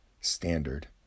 standard